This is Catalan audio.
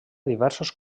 diversos